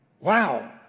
Wow